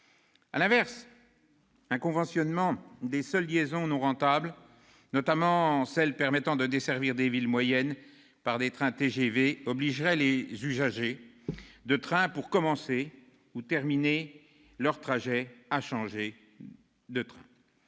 À l'inverse, un conventionnement des seules liaisons non rentables, notamment celles qui permettent de desservir les villes moyennes par des trains TGV, obligerait les usagers à changer de train pour commencer ou terminer leur trajet, ce qui réduirait